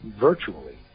virtually